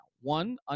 one